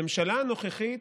הממשלה הנוכחית,